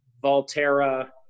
volterra